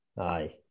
Aye